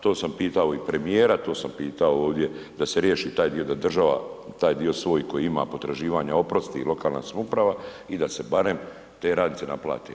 To sam pitao i premijera, to sam pitao ovdje da se riješi taj dio, da država taj dio svoj potraživanja oprosti i lokalna samouprava i da se barem te radnice naplate.